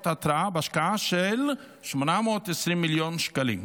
התרעה בהשקעה של 820 מיליון שקלים.